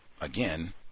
Again